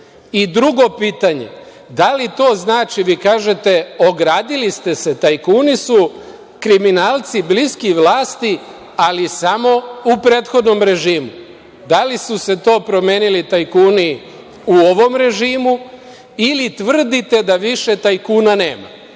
drugo pitanje – da li to znači, vi kažete, ogradili ste se, tajkuni su kriminalci bliski vlasti, ali samo u prethodnom režimu. Da li su se to promenili tajkuni u ovom režimu ili tvrdite da više tajkuna nema?